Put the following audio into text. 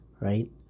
right